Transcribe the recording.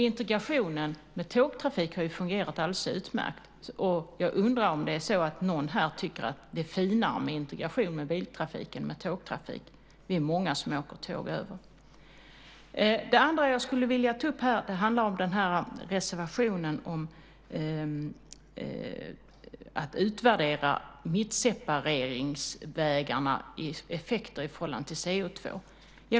Integrationen med tågtrafik har fungerat alldeles utmärkt. Jag undrar om någon här tycker att det är "finare" med integration med biltrafik än med tågtrafik. Vi är många som åker tåg över. Det andra jag skulle vilja ta upp gäller reservationen om att utvärdera mittsepareringsvägarnas effekter i förhållande till CO2.